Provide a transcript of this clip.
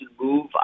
move